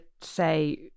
say